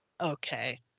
Okay